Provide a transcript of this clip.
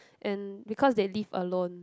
and because they live alone